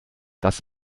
das